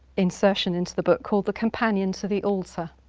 insertion into the book called the companion to the alter,